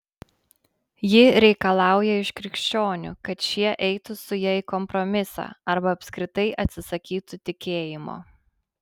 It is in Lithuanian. ji reikalauja iš krikščionių kad šie eitų su ja į kompromisą arba apskritai atsisakytų tikėjimo